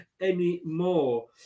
anymore